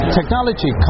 technology